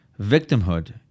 victimhood